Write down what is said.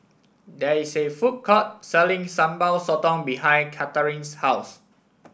there is a food court selling Sambal Sotong behind Katharyn's house